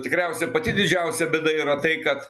tikriausia pati didžiausia bėda yra tai kad